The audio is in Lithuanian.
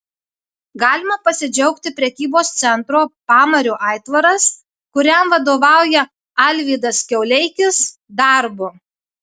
galima pasidžiaugti prekybos centro pamario aitvaras kuriam vadovauja alvydas kiauleikis darbu